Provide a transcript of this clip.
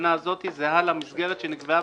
המסגרת שנקבעה בתקנה הזאת זהה למסגרת שנקבעה